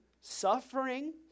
suffering